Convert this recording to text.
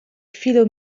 fellow